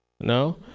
No